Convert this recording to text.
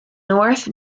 north